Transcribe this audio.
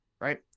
Right